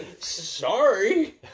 Sorry